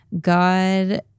God